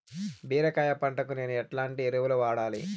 బీరకాయ పంటకు నేను ఎట్లాంటి ఎరువులు వాడాలి?